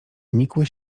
nikłe